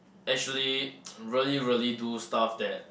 actually really really do stuff that